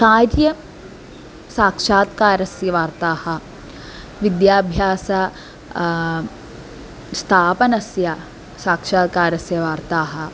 कार्यसाक्षात्कारस्य वार्ताः विद्याभ्यासस्थापनस्य साक्षात्कारस्य वार्ताः